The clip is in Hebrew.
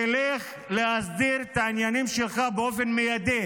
תלך להסדיר את העניינים שלך באופן מיידי.